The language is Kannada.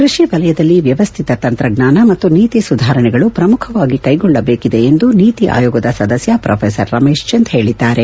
ಕೃಷಿ ವಲಯದಲ್ಲಿ ವ್ಯವಸ್ಥಿತ ತಂತ್ರಜ್ಞಾನ ಮತ್ತು ನೀತಿ ಸುಧಾರಣೆಗಳು ಪ್ರಮುಖವಾಗಿ ಕೈಗೊಳ್ಳಬೇಕಿದೆ ಎಂದು ನೀತಿ ಆಯೋಗದ ಸದಸ್ಯ ಪ್ರೊಫೆಸರ್ ರಮೇಶ್ ಚಂದ್ ಹೇಳಿದ್ದಾರೆ